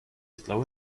slow